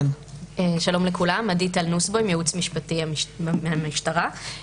שלום לכולם, אני מהייעוץ המשפטי במשטרה.